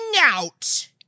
out